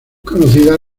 conocida